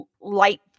light